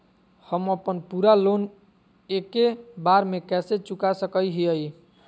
हम अपन पूरा लोन एके बार में कैसे चुका सकई हियई?